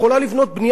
דירות בזול,